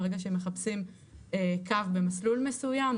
וברגע שיחפשו קו במסלול מסוים,